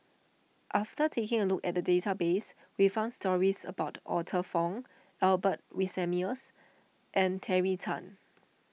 after taking a look at the database we found stories about Arthur Fong Albert Winsemius and Terry Tan